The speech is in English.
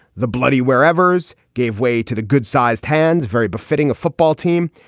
the bloody wherever's gave way to the good sized hands, very befitting a football team.